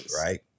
right